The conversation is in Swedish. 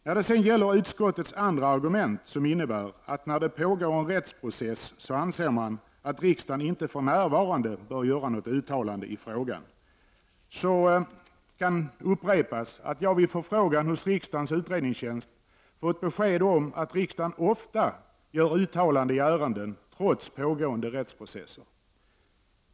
När det sedan gäller utskottets andra argument, att eftersom det pågår en rättsprocess bör riksdagen inte för närvarande göra något uttalande i frågan, kan upprepas att jag vid förfrågan hos riksdagens utredningstjänst fått besked om att riksdagen ofta gör uttalanden i ärenden trots pågående rättsprocesser.